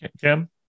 kim